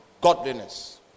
Godliness